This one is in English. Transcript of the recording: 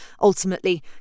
ultimately